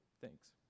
Thanks